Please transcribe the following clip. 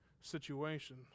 situation